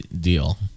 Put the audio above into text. deal